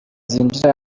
zinjira